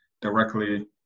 directly